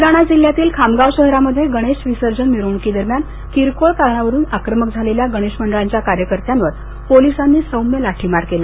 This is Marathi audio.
बुलडाणा जिल्हयातील खामगाव शहरामध्ये गणेश विसर्जन मिरवणुकी दरम्यान किरकोळ कारणावरून आक्रमक झालेल्या गणेशमंडळाच्या कार्यकर्त्यांवर पोलिसांनी सौम्य लाठीमार केला